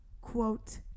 quote